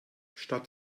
statt